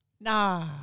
Nah